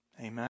Amen